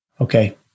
Okay